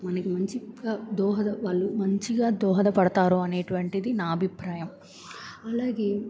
మనకి మంచిగా దోహద వాళ్ళు మంచిగా దోహదపడతారు అనేటువంటిది నా అభిప్రాయం అలాగే